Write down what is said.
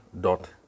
dot